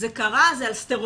זה קרה, זה על סטרואידים.